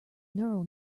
neural